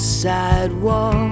sidewalk